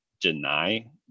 deny